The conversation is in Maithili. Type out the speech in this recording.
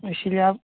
इसीलिए अब